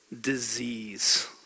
disease